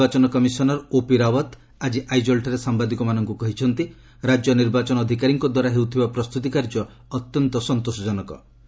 ମୁଖ୍ୟ ନିର୍ବାଚନ commissioner O P Rawat ଆଜି ଆଇଜଲ୍ଠାରେ ସାମ୍ବାଦିକମାନଙ୍କୁ କହିଛନ୍ତି ରାଜ୍ୟ ନିର୍ବାଚନ ଅଧିକାରୀଙ୍କଦ୍ୱାରା ହେଉଥିବା ପ୍ରସ୍ତୁତି କାର୍ଯ୍ୟ ଅତ୍ୟନ୍ତ ସନ୍ତୋଷଜନକ